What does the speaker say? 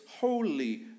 holy